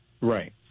Right